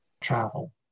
travel